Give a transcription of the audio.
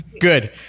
Good